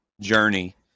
journey